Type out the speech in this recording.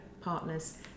partners